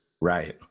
Right